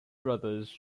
brothers